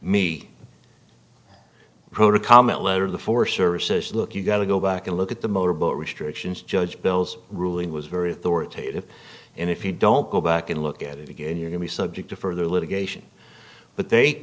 pro to comment letter the forest service says look you got to go back and look at the motorboat restrictions judge bill's ruling was very authoritative and if you don't go back and look at it again you're going to be subject to further litigation but they